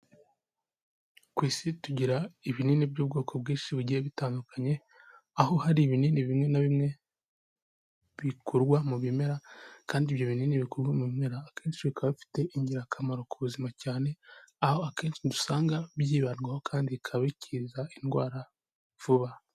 Ku isi tugira ibinini by'ubwoko bwinshi bigiye bitandukanye, aho hari ibinini bimwe na bimwe bikorwa mu bimera, kandi ibyo binini bikorwa mu bimera akenshiba bifite ingirakamaro ku buzima cyane. Aho akenshi usanga byibandwaho kandi bikaba bikiza indwara vuba.